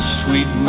sweet